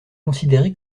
considéré